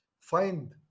find